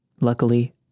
Luckily